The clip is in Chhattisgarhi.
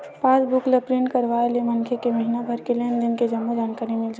पास बुक ल प्रिंट करवाय ले मनखे के महिना भर के लेन देन के जम्मो जानकारी मिल जाथे